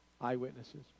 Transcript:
eyewitnesses